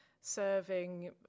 serving